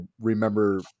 remember